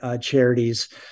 charities